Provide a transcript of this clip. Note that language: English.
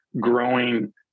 growing